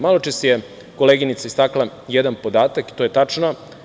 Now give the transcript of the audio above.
Maločas je koleginica istakla jedan podatak, to je tačno.